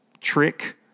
trick